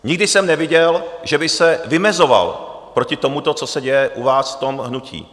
Nikdy jsem neviděl, že by se vymezoval proti tomu, co se děje u vás v tom hnutí.